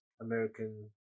American